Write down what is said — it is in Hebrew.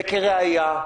וכראיה,